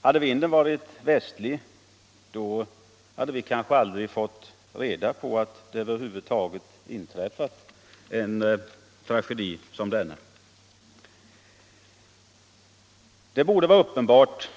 Hade vinden varit västlig hade vi kanske över huvud taget aldrig fått reda på att det inträffat en tragedi som denna. Det borde vara uppenbart